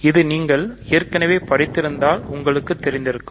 இது நீங்கள் ஏற்கனவே படித்திருந்தால் உங்களுக்கு தெரிந்திருக்கும்